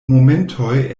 momentoj